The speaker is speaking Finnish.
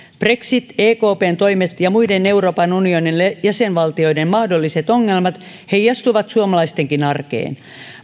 brexit ekpn toimet ja muiden euroopan unionin jäsenvaltioiden mahdolliset ongelmat heijastuvat suomalaistenkin arkeen